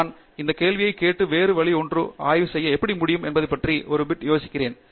நான் இந்த கேள்வியை கேட்டு வேறு ஒரு வழி என்று ஒரு ஆய்வு செய்ய எப்படி முடியும் என்பதை பற்றி ஒரு பிட் பேசினார்